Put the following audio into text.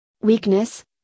weakness